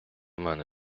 мене